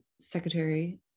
Secretary